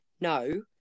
no